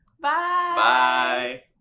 bye